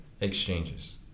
exchanges